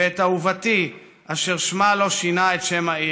ואת אהובתי אשר שמה לא שינה את שם העיר.